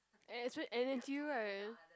and its and if you right